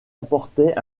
apportait